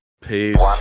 Peace